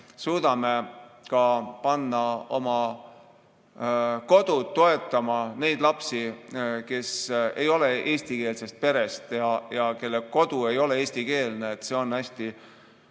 suudame panna oma kodud toetama neid lapsi, kes ei ole eestikeelsest perest, kelle kodu ei ole eestikeelne. See on hästi